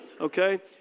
Okay